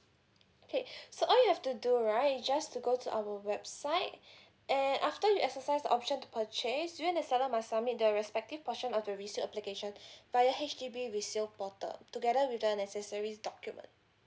okay so all you have to do right is just to go to our website and after you exercise the option to purchase you and the seller must submit the respective portion of the resale application via H_D_B resale portal together with the necessary documents